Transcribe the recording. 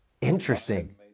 Interesting